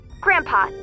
Grandpa